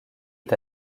est